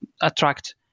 attract